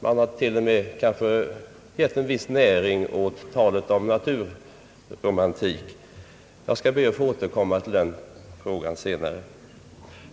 De har till och med gett en viss näring åt talet om naturromantik. Jag skall be att få återkomma till den frågan senare.